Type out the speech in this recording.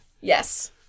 Yes